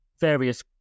various